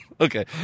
Okay